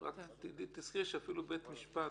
תזכרי שאפילו בית משפט